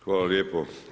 Hvala lijepo.